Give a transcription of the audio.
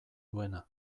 duena